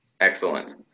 Excellent